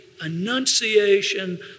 annunciation